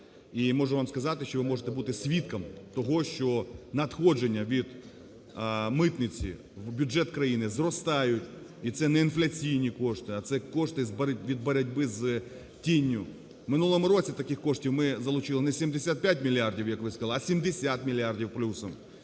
можу вам сказати, що ви можете бути свідком того, що надходження від митниці в бюджет країни зростають, і це не інфляційні кошти, а це кошти від боротьби з тінню. В минулому році таких коштів ми залучили не 75 мільярдів,